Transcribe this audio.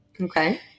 Okay